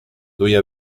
duia